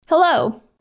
Hello